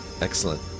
Excellent